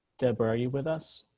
deborah, are you with us.